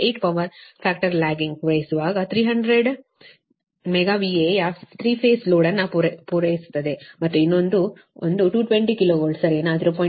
8 power factor lagging ಪೂರೈಸುವಾಗ 300 MVAಯ 3 phase load ಅನ್ನು ಪೂರೈಸುತ್ತದೆ ಮತ್ತು ಇನ್ನೊಂದು ಒಂದು 220 KV ಸರಿನಾ 0